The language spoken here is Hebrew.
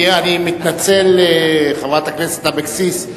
אני מתנצל, חברת הכנסת אבקסיס.